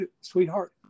sweetheart